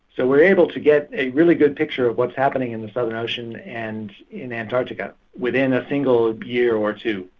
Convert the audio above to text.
so we were able to get a really good picture of what's happening in the southern ocean and in antarctica within a single year or two.